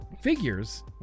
figures